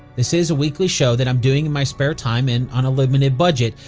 this is a weekly show that i'm doing in my spare time and on a limited budget,